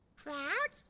proud?